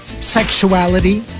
sexuality